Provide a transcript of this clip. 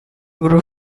group